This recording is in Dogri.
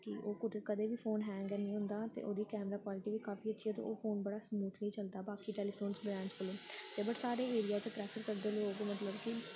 कि ओह् कुतै कदें बी फोन हैंग निं होंदा ते ओह्दी कैमरा क्वालिटी बी काफी अच्छी ऐ ते ओह् फोन बड़ा स्मूथली चलदा बाकी टैलीफोन ब्रैंडस कोलों ते बट साढ़े एरिया च प्रैफर करदे लोग मतलब कि